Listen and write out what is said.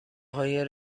های